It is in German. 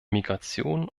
migration